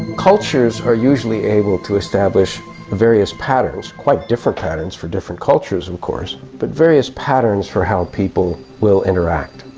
cultures are usually able to establish various patterns, quite different patterns for different cultures of course, but various patterns for how people will interact,